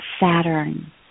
Saturn